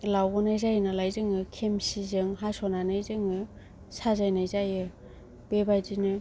लावन्नाय जायो नालाय जोङो खेमसिजों हास'नानै जोङो साजायनाय जायो बेबादिनो